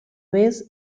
vez